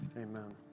Amen